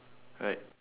right